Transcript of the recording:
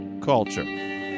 Culture